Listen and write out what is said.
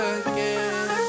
again